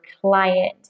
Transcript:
client